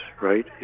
right